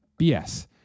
BS